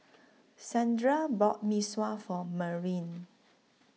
Sandra bought Mee Sua For Merlyn